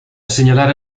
segnalare